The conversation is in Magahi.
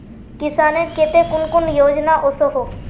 किसानेर केते कुन कुन योजना ओसोहो?